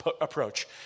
approach